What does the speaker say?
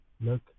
look